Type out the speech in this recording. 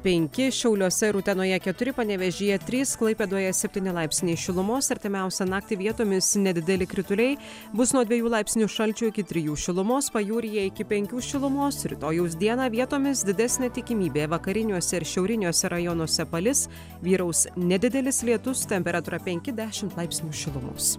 penki šiauliuose ir utenoje keturi panevėžyje trys klaipėdoje septyni laipsniai šilumos artimiausią naktį vietomis nedideli krituliai bus nuo dviejų laipsnių šalčio iki trijų šilumos pajūryje iki penkių šilumos rytojaus dieną vietomis didesnė tikimybė vakariniuose ir šiauriniuose rajonuose palis vyraus nedidelis lietus temperatūra penki dešimt laipsnių šilumos